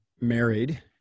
married